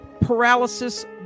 paralysis